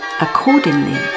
Accordingly